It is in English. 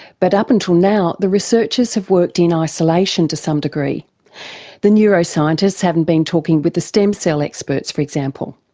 but up until now the researchers have worked in isolation to some degree the neuroscientists haven't been talking with the stem cell experts, for example.